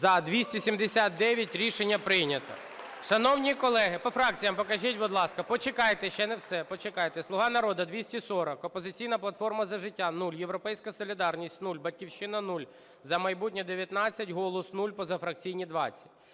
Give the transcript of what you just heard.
За-279 Рішення прийнято. Шановні колеги, по фракціям, будь ласка. Почекайте, ще не все, почекайте. "Слуга народу" – 240, "Опозиційна платформа - За життя" – 0, "Європейська солідарність" – 0, "Батьківщина" – 0, "За майбутнє" – 19, "Голос" – 0, позафракційні – 20.